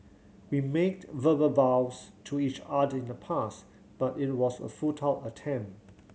we made verbal vows to each other in the past but it was a futile attempt